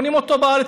קונים אותו בארץ,